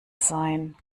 sein